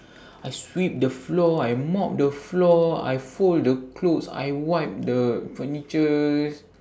I sweep the floor I mop the floor I fold the clothes I wipe the furnitures